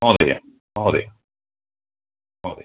महोदय महोदय महोदय